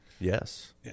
Yes